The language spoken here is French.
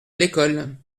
l’école